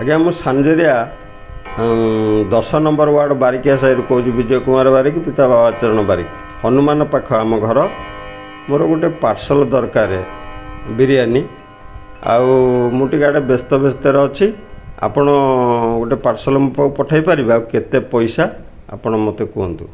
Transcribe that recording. ଆଜ୍ଞା ମୁଁ ସାନ୍ଜରିଆ ଦଶ ନମ୍ବର୍ ୱାର୍ଡ଼୍ ବାରିକିଆ ସାଇରୁ କହୁଛି ବିଜୟ କୁମାର ବାରିକ ପିତା ବାବା ଚରଣ ବାରିକ ହନୁମାନ ପାଖ ଆମ ଘର ମୋର ଗୋଟେ ପାର୍ସଲ୍ ଦରକାର ବିରିୟାନୀ ଆଉ ମୁଁ ଟିକେ ଆଡ଼େ ବ୍ୟସ୍ତ ବ୍ୟସ୍ତରେ ଅଛି ଆପଣ ଗୋଟେ ପାର୍ସଲ୍ ମୋ ପାଖକୁ ପଠାଇ ପାରିବେ ଆଉ କେତେ ପଇସା ଆପଣ ମୋତେ କୁହନ୍ତୁ